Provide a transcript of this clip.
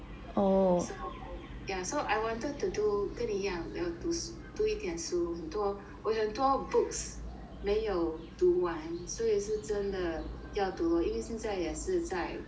so yeah so I wanted to do 跟你一样我要读读一点书很多我有很多 books 没有读完所以是真的要读 lor 因为现在也是在